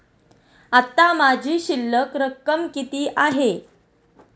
आता माझी शिल्लक रक्कम किती आहे?